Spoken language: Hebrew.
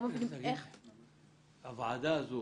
הוועדה הזו,